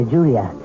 Julia